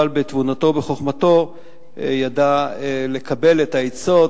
אבל בתבונתו ובחוכמתו הוא ידע לקבל את העצות,